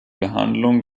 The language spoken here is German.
behandlung